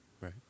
right